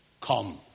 come